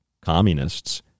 communists